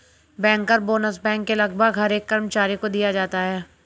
banker bonus bank के लगभग हर एक कर्मचारी को दिया जाता है